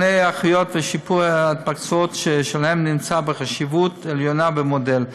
למספר תקני האחיות ולשיפור ההתמקצעות שלהן יש חשיבות עליונה במודל.